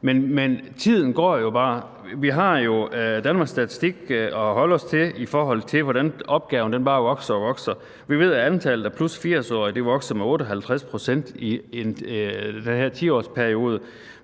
men tiden går jo bare. Vi har jo Danmarks Statistik at holde os til, i forhold til hvordan opgaven bare vokser og vokser. Vi ved, at antallet af +80-årige vokser med 58 pct. i den her 10-årsperiode.